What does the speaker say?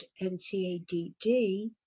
NCADD